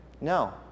No